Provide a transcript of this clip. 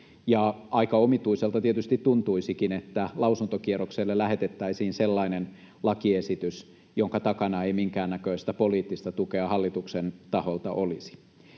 Aika omituiselta tietysti tuntuisikin, että lausuntokierrokselle lähetettäisiin sellainen lakiesitys, jonka takana ei minkäännäköistä poliittista tukea hallituksen taholta olisi.